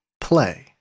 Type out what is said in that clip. play